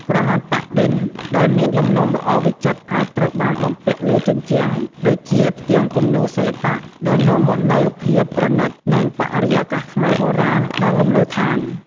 ក្រណាត់ប៉ាក់-ឌិនដែលមានលំនាំល្អវិចិត្រអាចត្រូវបានបំពាក់លើជញ្ជាំង ដូចជាផ្ទាំងគំនូរសិល្បៈ ដែលនាំមកនូវភាពប្រណិត និងបរិយាកាសខ្មែរបុរាណដល់លំនៅឋាន។